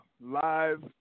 live